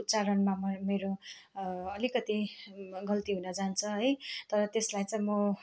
उच्चारणमा मेरो अलिकति गल्ती हुन जान्छ है तर त्यसलाई चाहिँ म